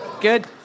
good